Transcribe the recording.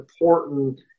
important